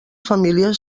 família